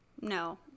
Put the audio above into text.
No